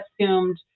assumed